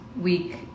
week